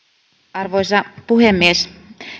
arvoisa puhemies